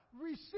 receive